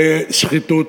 לשחיתות,